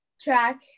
track